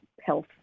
health